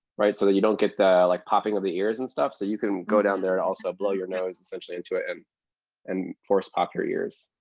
right? so that you don't get the like popping of the ears and stuff. so you can go down there and also blow your nose, essentially, into it and and force pop your ears.